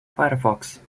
firefox